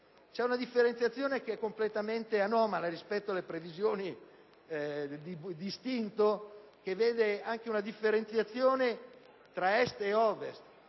C'è una differenziazione completamente anomala rispetto alle previsioni di istinto, che vede una distinzione tra Est e Ovest,